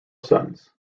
sons